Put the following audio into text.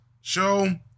show